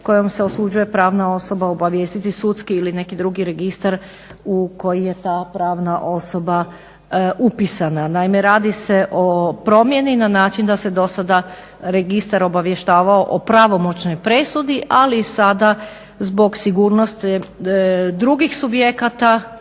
kojom se osuđuje pravna osoba obavijestiti sudski ili neki drugi registar u koji je ta pravna osoba upisana. Naime, radi se o promjeni na način da se do sada registar obavještavao o pravomoćnoj presudi ali i sada zbog sigurnosti drugih subjekata